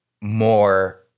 more